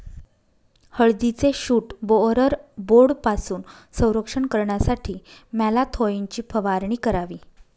हळदीचे shoot borer बोर्डपासून संरक्षण करण्यासाठी मॅलाथोईनची फवारणी करावी